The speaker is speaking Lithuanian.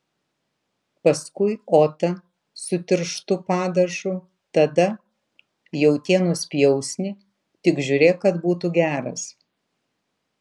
paskui otą su tirštu padažu tada jautienos pjausnį tik žiūrėk kad būtų geras